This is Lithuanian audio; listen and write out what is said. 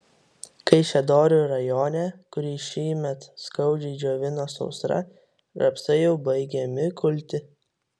kaišiadorių rajone kurį šįmet skaudžiai džiovino sausra rapsai jau baigiami kulti